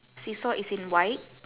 seesaw is in white